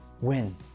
win